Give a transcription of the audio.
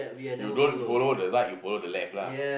you don't follow the right you follow the left lah